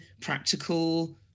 practical